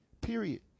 period